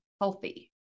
healthy